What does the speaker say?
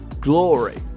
glory